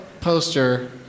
poster